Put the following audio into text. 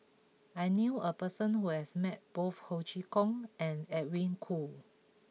I knew a person who has met both Ho Chee Kong and Edwin Koo